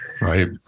right